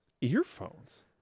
Earphones